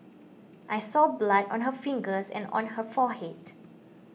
I saw blood on her fingers and on her forehead